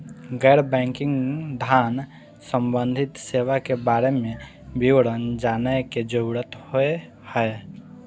गैर बैंकिंग धान सम्बन्धी सेवा के बारे में विवरण जानय के जरुरत होय हय?